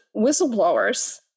whistleblowers